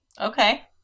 Okay